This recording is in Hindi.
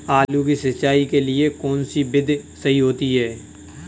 आलू की सिंचाई के लिए कौन सी विधि सही होती है?